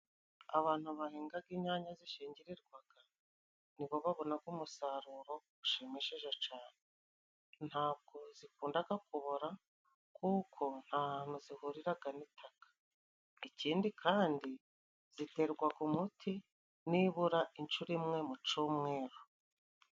Abantu bahingaga inyanya zishingirirwaga ni bo babonaga umusaruro ushimishije cane, ntabwo zikundaga kubora kuko nta hantu zihuriraga n'itaka, ikindi kandi ziterwaga umuti nibura inshuro imwe mu cumweru.